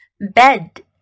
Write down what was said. Bed